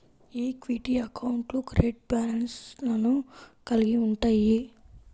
equity అకౌంట్లు credit బ్యాలెన్స్లను కలిగి ఉంటయ్యి